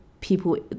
people